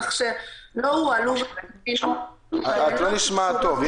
כך שלא הועלו --- את לא נשמעת טוב.